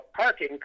parking